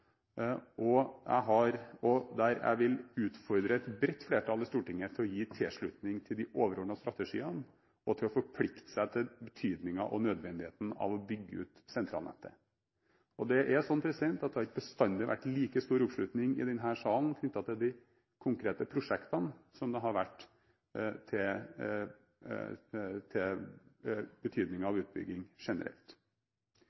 og jeg vil der utfordre et bredt flertall i Stortinget til å gi tilslutning til de overordnede strategiene og til å forplikte seg til betydningen og nødvendigheten av å bygge ut sentralnettet. Det er slik at det har ikke bestandig vært like stor oppslutning i denne salen om de konkrete prosjektene som det har vært